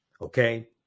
Okay